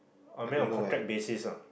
I mean on contract basis ah